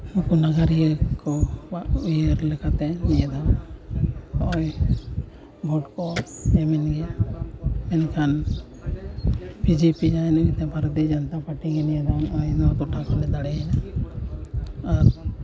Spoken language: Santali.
ᱵᱚᱱᱜᱟᱹᱨᱭᱟᱹ ᱠᱚᱣᱟᱜ ᱩᱭᱦᱟᱹᱨ ᱞᱮᱠᱟᱛᱮ ᱧᱮᱞᱟᱢ ᱱᱚᱜᱼᱚᱭ ᱢᱮᱱᱠᱷᱟᱱ ᱵᱤ ᱡᱮ ᱯᱤ ᱢᱮᱱᱛᱮ ᱡᱟᱦᱟᱸᱭ ᱵᱷᱟᱨᱚᱛᱤᱭᱚ ᱡᱚᱱᱚᱛᱟ ᱯᱟᱨᱴᱤ ᱱᱤᱭᱟᱹ ᱫᱷᱟᱣ ᱱᱚᱜᱼᱚᱭ ᱜᱳᱴᱟᱜᱮᱭ ᱫᱟᱲᱮᱭᱮᱱᱟ ᱟᱨ